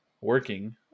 working